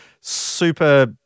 super